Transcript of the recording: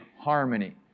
harmony